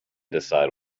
decide